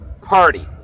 party